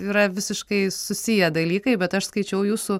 yra visiškai susiję dalykai bet aš skaičiau jūsų